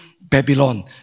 Babylon